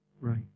Right